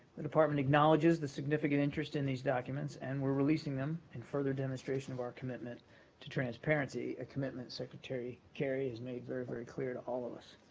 the department acknowledges the significant interest in these documents and we're releasing them in further demonstration of our commitment to transparency, a commitment secretary kerry has made very, very clear to all of us.